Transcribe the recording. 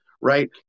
right